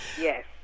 yes